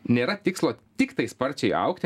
nėra tikslo tiktai sparčiai augti